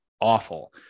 awful